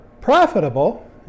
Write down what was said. profitable